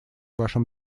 вашем